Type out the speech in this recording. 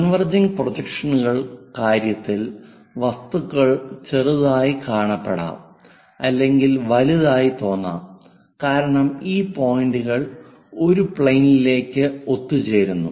converging പ്രൊജക്ഷനുകൾ കാര്യത്തിൽ വസ്തുക്കൾ ചെറുതായി കാണപ്പെടാം അല്ലെങ്കിൽ വലുതായി തോന്നാം കാരണം ഈ പോയിന്റുകൾ ഒരു പ്ലെയിനിലേക്ക് ഒത്തുചേരുന്നു